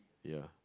ya